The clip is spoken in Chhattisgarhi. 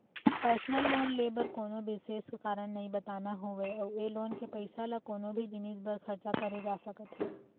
पर्सनल लोन ले बर कोनो बिसेस कारन नइ बताना होवय अउ ए लोन के पइसा ल कोनो भी जिनिस बर खरचा करे जा सकत हे